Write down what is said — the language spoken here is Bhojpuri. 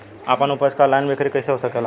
आपन उपज क ऑनलाइन बिक्री कइसे हो सकेला?